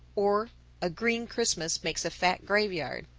or a green christmas makes a fat graveyard.